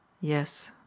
Yes